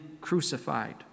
crucified